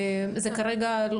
זה כרגע עדיין קופות החולים?